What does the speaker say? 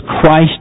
Christ